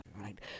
right